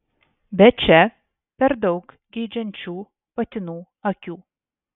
bet čia per daug geidžiančių patinų akių